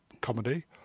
comedy